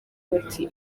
bati